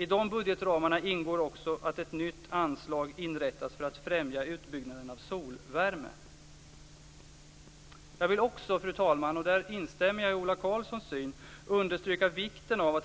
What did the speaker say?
I dessa budgetramar ingår också att ett nytt anslag inrättas för att främja utbyggnaden av solvärme. Jag vill också, fru talman, och här instämmer jag i Ola Karlssons syn, understryka vikten av att